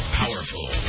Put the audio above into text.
powerful